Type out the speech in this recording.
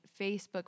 Facebook